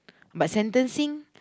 but sentencing